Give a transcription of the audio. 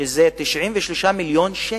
שזה 96 מיליון שקל.